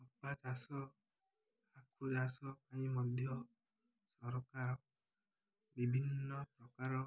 କପା ଚାଷ ଆଖୁ ଚାଷ ପାଇଁ ମଧ୍ୟ ସରକାର ବିଭିନ୍ନ ପ୍ରକାର